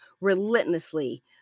relentlessly